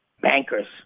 bankers